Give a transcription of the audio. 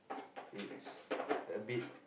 it's a bit